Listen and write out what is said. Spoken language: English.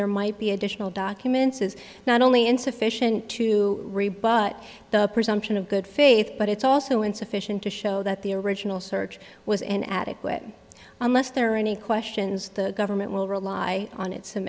there might be additional documents is not only insufficient to rebut the presumption of good faith but it's also insufficient to show that the original search was an adequate unless there are any questions the government will rely on it